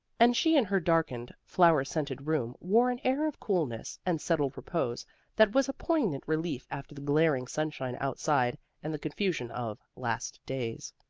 and she and her darkened, flower-scented room wore an air of coolness and settled repose that was a poignant relief after the glaring sunshine outside and the confusion of last days.